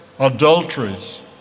adulteries